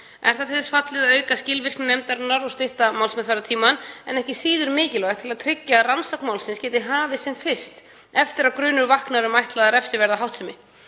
Er það til þess fallið að auka skilvirkni nefndarinnar og stytta málsmeðferðartímann, en er ekki síður mikilvægt til að tryggja að rannsókn málsins geti hafist sem fyrst eftir að grunur vaknar um ætlaða refsiverða háttsemi.